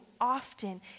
often